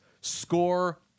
Score